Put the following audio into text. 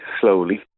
slowly